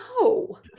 no